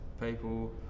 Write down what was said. people